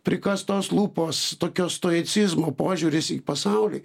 prikąstos lūpos tokios stoicizmo požiūris į pasaulį